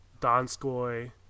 Donskoy